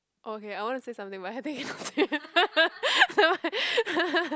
orh okay I want to say something but I thinking never mind